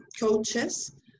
coaches